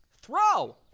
Throw